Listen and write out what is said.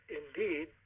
indeed